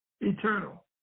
eternal